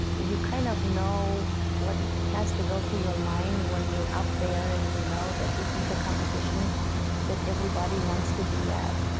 you kind of know what has to go through your mind when you're up there and you know this is the competition that everybody wants to be at,